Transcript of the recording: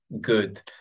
good